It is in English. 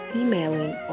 emailing